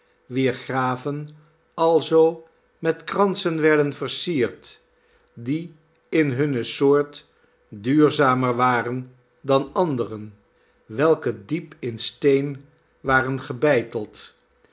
wier graven alzoo met kransen werden versierd die in hunne soort duurzamer waren dan anderen welke diep in steen waren gebeiteld